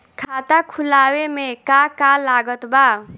खाता खुलावे मे का का लागत बा?